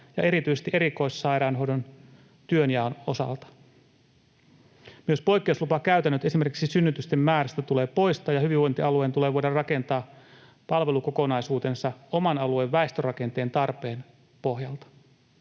ja erityisesti erikoissairaanhoidon työnjaon osalta. Myös poikkeuslupakäytännöt esimerkiksi synnytysten määristä tulee poistaa ja hyvinvointialueen tulee voida rakentaa palvelukokonaisuutensa oman alueen väestörakenteen tarpeen pohjalta.